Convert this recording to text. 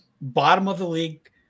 bottom-of-the-league